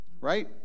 right